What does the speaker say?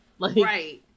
Right